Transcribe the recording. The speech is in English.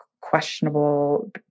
questionable